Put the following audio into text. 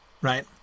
right